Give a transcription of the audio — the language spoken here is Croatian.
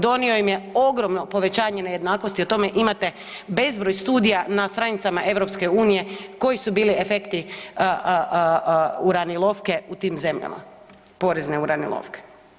Donio im je ogromno povećanje nejednakosti, o tome imate bezbroj studija na stranicama EU koji su bili efekti uranilovke u tim zemljama, porezne uranilovke.